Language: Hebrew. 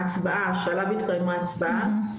ההצבעה שעליו התקיימה הצבעה,